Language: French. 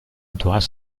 doit